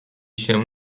się